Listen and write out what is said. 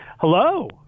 Hello